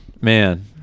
Man